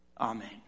Amen